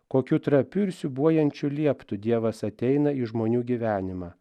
kokiu trapiu ir siūbuojančiu lieptu dievas ateina į žmonių gyvenimą